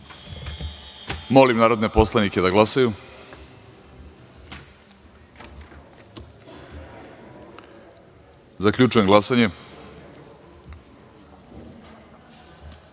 narodne poslanike da glasaju. Zaključujem glasanje: